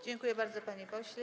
Dziękuję bardzo, panie pośle.